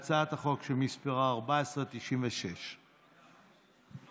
להצעת החוק שמספרה 1496. שלוש דקות, בבקשה.